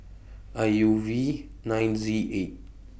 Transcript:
I U V nine Z eight